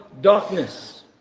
darkness